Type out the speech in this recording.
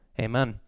Amen